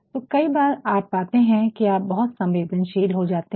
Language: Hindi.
तो कई बार आप पाते हैं कि आप बहुत संवेदनशील हो जाते हैं